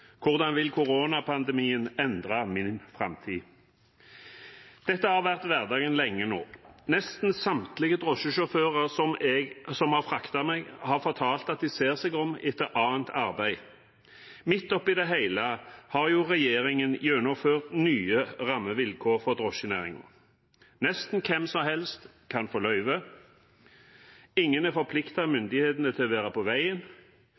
Hvordan vil koronapandemien endre min framtid? Dette har vært hverdagen lenge nå. Nesten samtlige drosjesjåfører som har fraktet meg, har fortalt at de ser seg om etter annet arbeid. Midt oppi det hele har regjeringen gjennomført nye rammevilkår for drosjenæringen. Nesten hvem som helst kan få løyve, og ingen er forpliktet av myndighetene til å være på veien.